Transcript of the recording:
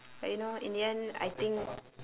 but you know in the end I think